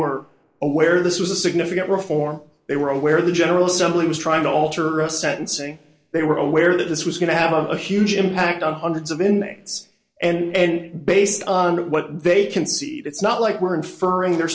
were aware this was a significant reform they were aware the general assembly was trying to alter a sentencing they were aware that this was going to have a huge impact on hundreds of inmates and based on what they can see it's not like we're inferring the